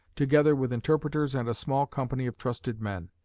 together with interpreters and a small company of trusted men.